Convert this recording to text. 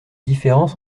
différence